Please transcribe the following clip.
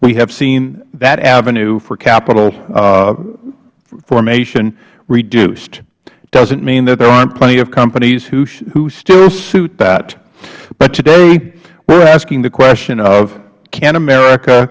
we have seen that avenue for capital formation reduced doesn't mean that there aren't plenty of companies who still suit that but today we are asking the question of can america